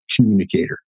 communicator